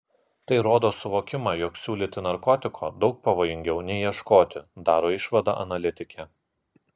tai rodo suvokimą jog siūlyti narkotiko daug pavojingiau nei ieškoti daro išvadą analitikė